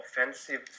offensive